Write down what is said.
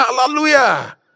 Hallelujah